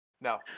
No